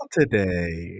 today